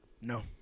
no